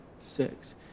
six